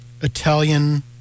Italian